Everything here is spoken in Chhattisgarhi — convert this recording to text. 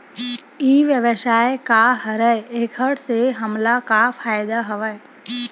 ई व्यवसाय का हरय एखर से हमला का फ़ायदा हवय?